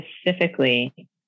specifically